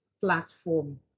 platform